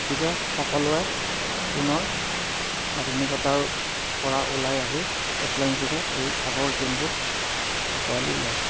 গতিকে সকলোৱে পুনৰ আধুনিকতাৰ পৰা ওলাই আহি অফলাইন যোগে এই আগৰ গেমবোৰ আঁকোৱালি লয়